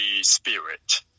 spirit